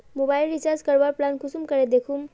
Mobile recharge करवार plan कुंसम करे दखुम?